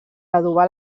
adobar